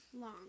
long